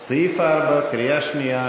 יותר הסתייגויות לסעיף 4. קריאה שנייה,